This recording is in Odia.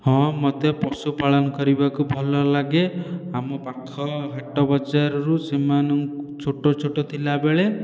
ହଁ ମୋତେ ପଶୁ ପାଳନ କରିବାକୁ ଭଲ ଲାଗେ ଆମ ପାଖ ହାଟ ବଜାରରୁ ସେମାନଙ୍କୁ ଛୋଟ ଛୋଟ ଥିଲା ବେଳେ